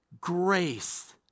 grace